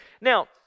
Now